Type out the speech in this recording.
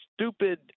stupid